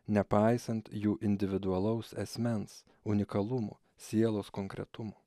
nepaisant jų individualaus asmens unikalumo sielos konkretumo